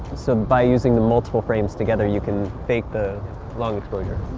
so by using the multiple frames together you can fake the long exposure?